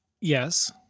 yes